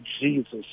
jesus